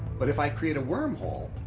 but if i create a wormhole,